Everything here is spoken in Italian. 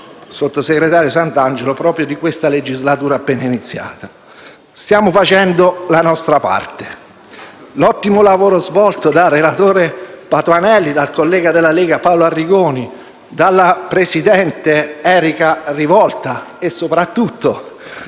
sottosegretario Santangelo, proprio di questa legislatura appena iniziata. Stiamo facendo la nostra parte. L'ottimo lavoro svolto dal relatore Patuanelli, dal collega della Lega Paolo Arrigoni, dal presidente della Commissione Erica Rivolta e soprattutto